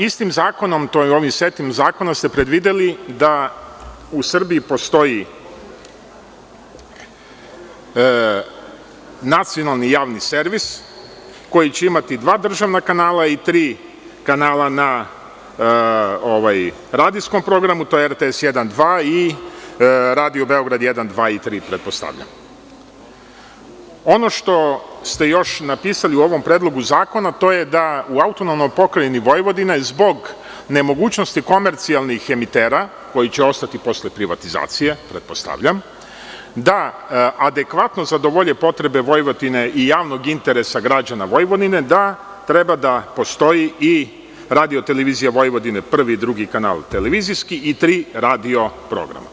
Istim zakonom, ovim setom ste predvideli da u Srbiji postoji nacionalni javni servis koji će imati dva državna kanala i tri kanala na radijskom programu, to je RTS1 i RTS2, i RTB1, 2 i 3. Ono što ste još napisali u ovom predlogu zakona, to je da u AP Vojvodina zbog nemogućnosti komercijalnih emitera koji će ostati posle privatizacija, da adekvatno zadovolje potrebe Vojvodine i javnog interesa građana Vojvodine, da treba da postoji i radio-televizija Vojvodina, prvi i drugi kanal, i tri radio programa.